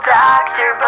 doctor